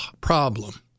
problem